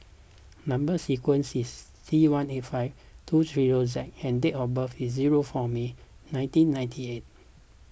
Number Sequence is T one eight five two three zero Z and date of birth is zero four May nineteen ninety eight